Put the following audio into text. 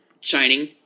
shining